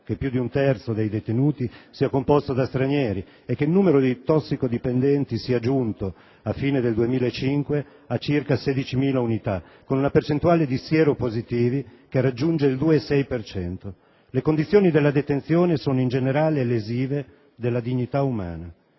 che più di un terzo dei detenuti sia composto da stranieri, e che il numero dei tossicodipendenti sia giunto, alla fine del 2005, a circa 16.000 unità, con una percentuale di sieropositivi che raggiunge il 2,6 per cento. Le condizioni della detenzione sono in generale lesive della dignità umana: